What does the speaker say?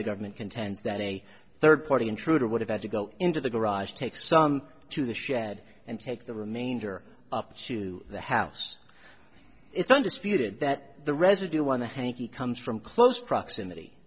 the government contends that a third party intruder would have had to go into the garage take some to the shed and take the remainder up to the house it's undisputed that the residue on the hanky comes from close proximity